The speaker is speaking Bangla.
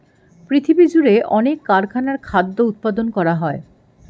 পৃথিবীজুড়ে অনেক কারখানায় খাদ্য উৎপাদন করা হয়